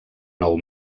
nou